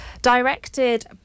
Directed